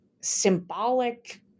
symbolic